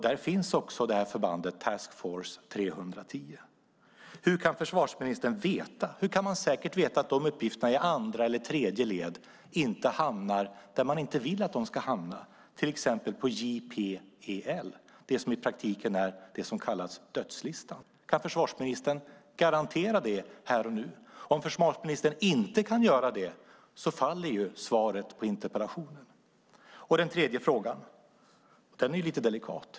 Där finns också förbandet Task Force 3-10. Hur kan man säkert veta att dessa uppgifter i andra eller tredje led inte hamnar där man inte vill att de ska hamna, till exempel på JPEL - det som i praktiken kallas "dödslistan"? Kan försvarsministern garantera det här och nu? Om försvarsministern inte kan göra det faller ju svaret på interpellationen. Den tredje frågan är lite delikat.